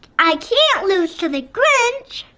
i can't lose to the grinch!